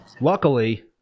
luckily